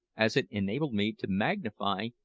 as it enabled me to magnify,